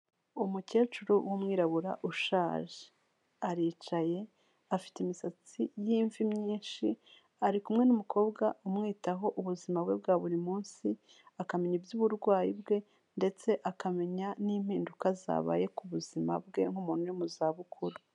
Umukecuru w'umwirabura ushaje, aricaye afite imisatsi y'imvi myinshi, ari kumwe n'umukobwa umwitaho ubuzima bwe bwa buri munsi, akamenya iby'uburwayi bwe ndetse akamenya n'impinduka zabaye ku buzima bwe nk'umuntu uri mu zabukuru.